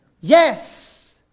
Yes